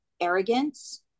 arrogance